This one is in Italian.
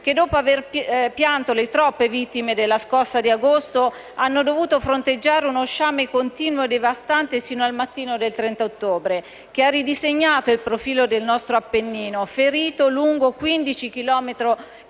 che, dopo aver pianto le troppe vittime della scossa di agosto, hanno dovuto fronteggiare uno sciame continuo e devastante sino al mattino del 30 ottobre, che ha ridisegnato il profilo del nostro Appennino, ferito lungo quindici